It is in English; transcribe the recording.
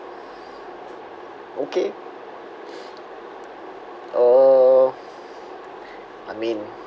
okay uh I mean